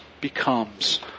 becomes